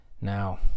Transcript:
Now